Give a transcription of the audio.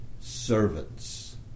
servants